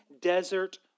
desert